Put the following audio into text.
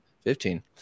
fifteen